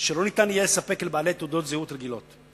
שלא ניתן יהיה לספק לבעלי תעודות זהות רגילות.